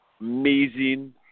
amazing